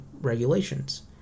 regulations